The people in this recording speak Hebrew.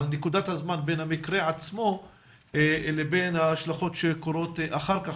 על נקודת הזמן בין המקרה עצמו לבין ההשלכות שקורות אחר כך,